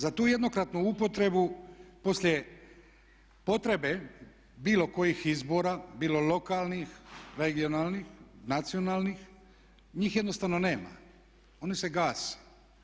Za tu jednokratnu upotrebu poslije potrebe bilo kojih izbora, bilo lokalnih, regionalnih, nacionalnih njih jednostavno nema, oni se gase.